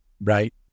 right